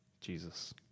Jesus